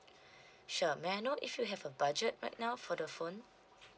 sure may I know if you have a budget right now for the phone